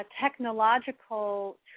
technological